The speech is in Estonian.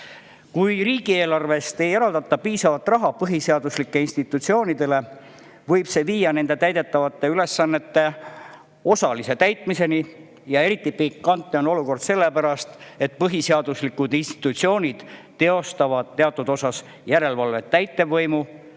Kui riigieelarvest ei eraldata põhiseaduslikele institutsioonidele piisavalt raha, võib see viia nende ülesannete osalise täitmiseni. Eriti pikantne on olukord sellepärast, et põhiseaduslikud institutsioonid teostavad teatud osas järelevalvet täitevvõimu,